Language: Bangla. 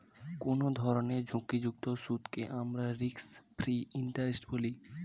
কোনো ধরনের ঝুঁকিমুক্ত সুদকে আমরা রিস্ক ফ্রি ইন্টারেস্ট বলি